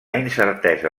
incertesa